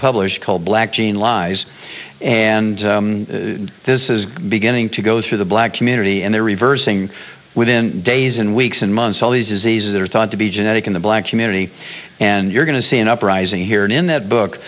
published called black gene lies and this is beginning to go through the black community and there reversing within days and weeks and months all these diseases that are thought to be genetic in the black community and you're going to see an uprising here and in that book